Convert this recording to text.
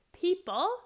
people